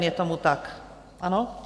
Je tomu tak, ano?